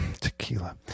Tequila